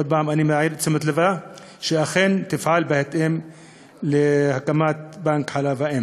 עוד פעם אני מעיר את תשומת לבה שאכן תפעל בהתאם להקמת בנק חלב אם.